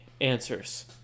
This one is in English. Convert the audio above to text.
answers